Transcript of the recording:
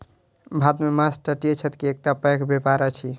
भारत मे माँछ तटीय क्षेत्र के एकटा पैघ व्यापार अछि